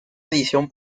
edición